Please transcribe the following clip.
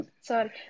Sorry